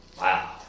Wow